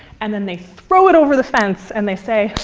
and then they throw it over the fence and they say,